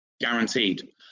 guaranteed